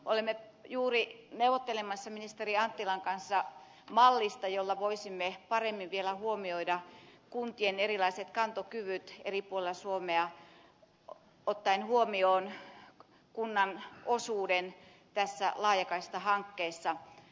olemme juuri neuvottelemassa ministeri anttilan kanssa mallista jolla voisimme paremmin vielä huomioida kuntien erilaiset kantokyvyt eri puolilla suomea ottaen huomioon kunnan osuuden tässä laajakaistahankkeessa